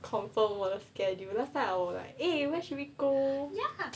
confirm 我的 schedule last time I will like eh where should we go